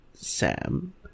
Sam